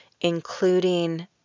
including